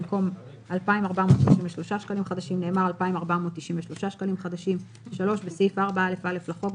במקום "2,433 שקלים חדשים" נאמר "2,493 שקלים חדשים"; בסעיף 4א(א) לחוק,